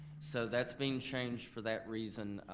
so that's being changed for that reason,